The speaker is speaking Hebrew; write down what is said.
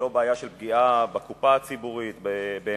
זו לא בעיה של פגיעה בקופה הציבורית,